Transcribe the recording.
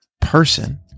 person